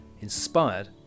inspired